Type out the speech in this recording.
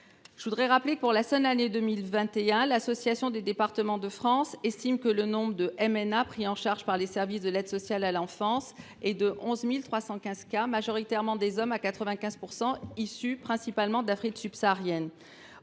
Je rappelle que, pour la seule année 2021, l’Assemblée des départements de France estime que le nombre de MNA pris en charge par les services de l’aide sociale à l’enfance s’élève à 11 315, majoritairement des hommes – à 95 %–, principalement issus d’Afrique subsaharienne.